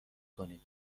کنید